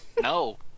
No